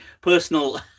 personal